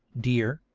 dear,